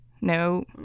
no